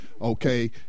okay